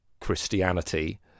Christianity